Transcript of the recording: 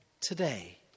today